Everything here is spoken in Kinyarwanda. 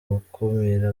gukumira